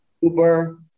Uber